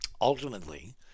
ultimately